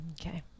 Okay